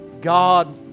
God